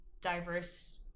diverse